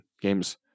games